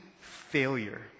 failure